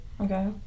Okay